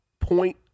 point